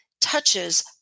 touches